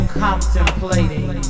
contemplating